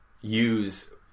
use